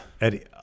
Eddie